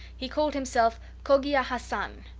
he called himself cogia hassan,